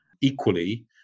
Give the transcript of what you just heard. Equally